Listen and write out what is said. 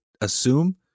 assume